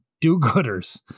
do-gooders